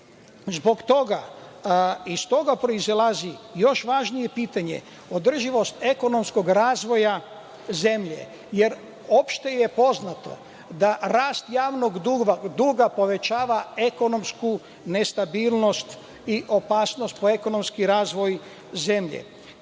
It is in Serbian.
odgovor. Iz toga proizilazi još važnije pitanje, održivost ekonomskog razvoja zemlje, jer opšte je poznato da rast javnog duga povećava ekonomsku nestabilnost i opasnost po ekonomski razvoj zemlje. Prema